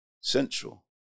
Central